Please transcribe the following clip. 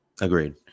Agreed